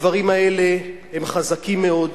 הדברים האלה הם חזקים מאוד.